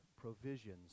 provisions